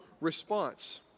response